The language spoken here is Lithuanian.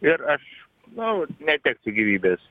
ir aš nu neteksiu gyvybės